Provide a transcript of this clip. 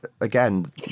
again